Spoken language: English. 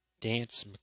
Dance